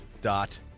dot